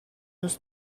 nus